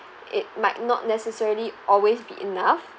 it might not necessarily always be enough